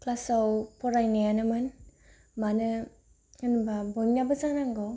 क्लासाव फरायनायानोमोन मानो होनब्ला बयनाबो जानांगौ